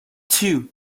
two